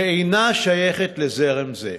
שאינה שייכת לזרם זה.